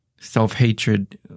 self-hatred